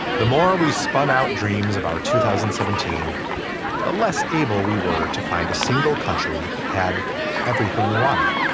the more we spun out dreams of our two thousand and seventeen the less able we were to find a single country that had everything we wanted.